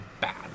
bad